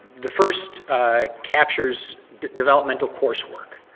the first captures developmental coursework.